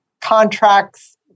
contracts